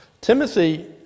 Timothy